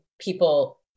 people